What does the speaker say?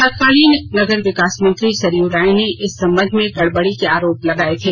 तत्कालीन नगर विकास मंत्री सरयू राय ने इस संबंध में गड़बड़ी के आरोप लगाए थे